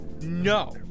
no